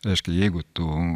reiškia jeigu tu